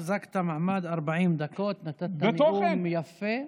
החזקת מעמד 40 דקות, נתת נאום יפה.